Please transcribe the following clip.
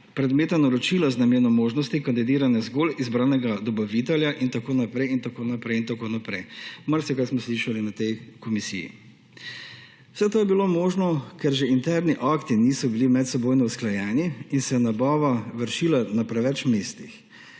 predmeta naročila z namenom možnosti kandidiranja zgolj izbranega dobavitelja in tako naprej. Marsikaj smo slišali na tej komisiji. Vse to je bilo možno, ker že interni akti niso bili medsebojno usklajeni in se je nabava vršila na preveč mestih.